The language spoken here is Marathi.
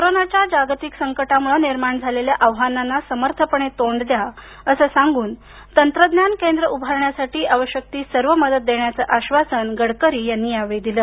कोरोनाच्या जागतिक संकटामुळे निर्माण झालेल्या आव्हानांना समर्थपणे तोंड द्या अस सांगून तंत्रज्ञान केंद्र उभारण्यासाठी आवश्यक सर्व मदत देण्याच आश्वासन गडकरी यांनी यावेळी दिलं